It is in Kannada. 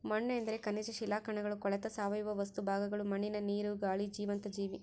ಮಣ್ಣುಎಂದರೆ ಖನಿಜ ಶಿಲಾಕಣಗಳು ಕೊಳೆತ ಸಾವಯವ ವಸ್ತು ಭಾಗಗಳು ಮಣ್ಣಿನ ನೀರು, ಗಾಳಿ ಜೀವಂತ ಜೀವಿ